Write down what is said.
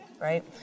Right